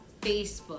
Facebook